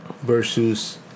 Versus